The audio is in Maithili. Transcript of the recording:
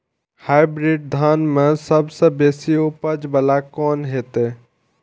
हाईब्रीड धान में सबसे बेसी उपज बाला कोन हेते?